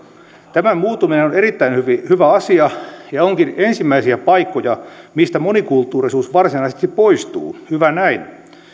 tämän muuttuminen on erittäin hyvä asia ja onkin ensimmäisiä paikkoja mistä monikulttuurisuus varsinaisesti poistuu hyvä näin